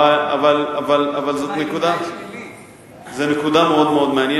זאת נקודה מאוד מעניינת.